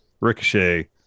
Ricochet